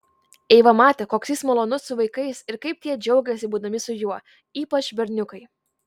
eiva matė koks jis malonus su vaikais ir kaip tie džiaugiasi būdami su juo ypač berniukai